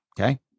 Okay